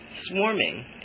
Swarming